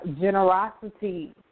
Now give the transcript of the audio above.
generosity